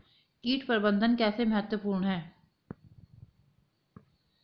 कीट प्रबंधन कैसे महत्वपूर्ण है?